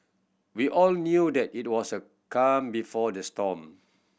we all knew that it was a calm before the storm